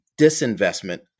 disinvestment